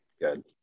Good